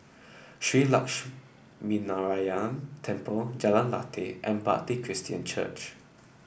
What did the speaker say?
Shree Lakshminarayanan Temple Jalan Lateh and Bartley Christian Church